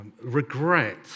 Regret